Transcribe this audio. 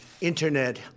Internet